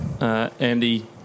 Andy